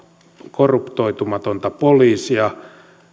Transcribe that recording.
korruptoitumatonta poliisia